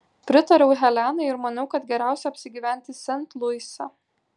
pritariau helenai ir maniau kad geriausia apsigyventi sent luise